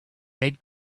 red